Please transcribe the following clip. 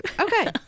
Okay